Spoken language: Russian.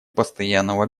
постоянного